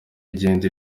igenda